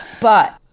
But-